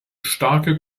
starke